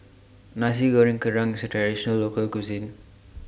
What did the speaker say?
Nasi Goreng Kerang Local Cuisine